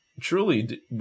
truly